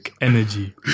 energy